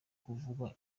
kuvugwa